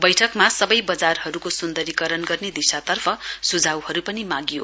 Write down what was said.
बैठकमा सबै बजारहरूको सुन्दरीकरण गर्ने दिशातर्फ स्झावहरू पनि मागियो